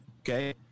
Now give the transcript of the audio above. okay